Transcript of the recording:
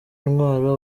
ntwaro